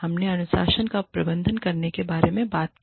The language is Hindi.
हमने अनुशासन का प्रबंधन करने के बारे में बात की